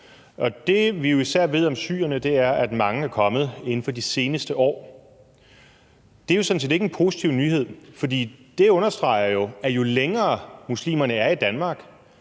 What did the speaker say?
ud. Det, vi jo især ved om syrerne, er, at mange er kommet inden for de seneste år. Det er sådan set ikke en positiv nyhed, for det understreger jo, at jo længere muslimerne er i Danmark,